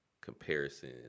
comparison